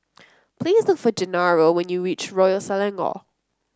please look for Gennaro when you reach Royal Selangor